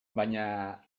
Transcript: baina